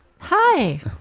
Hi